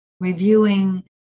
reviewing